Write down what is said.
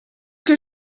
que